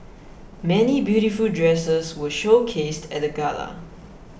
many beautiful dresses were showcased at the gala